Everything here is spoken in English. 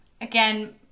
Again